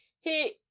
He